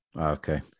okay